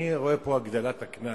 אני רואה פה הגדלת הקנס.